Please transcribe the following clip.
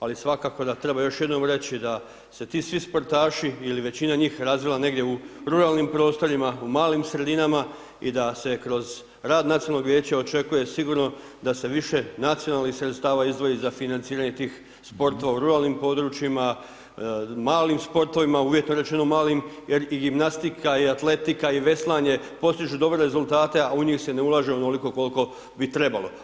Ali svakako da treba još jednom reći, da se ti svi sportaši ili većina njih razvila negdje u ruralnim prostorima, u malim sredinama i da se kroz rad nacionalnog vijeća očekuje sigurno da se više nacionalnih sredstava izdvoji za financiranje tih sportova u ruralnim područjima, malim sportovima, uvjetno rečeno u malim jer i gimnastika i atletika i veslanje postižu dobre rezultate, a u njih se ne ulaže onoliko koliko bi trebalo.